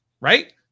right